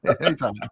anytime